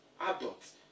adults